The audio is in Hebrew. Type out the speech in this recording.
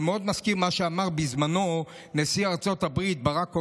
זה מאוד מזכיר את מה שאמר בזמנו נשיא ארצות הברית ברק אובמה,